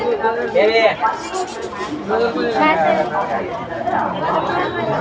ನಾ ನಮ್ ದೋಸ್ತದು ದುಕಾನ್ ನಾಗ್ ರೊಕ್ಕಾ ಹಾಕಿದ್ ಎಲ್ಲಾ ಲಾಸ್ ಆಯ್ತು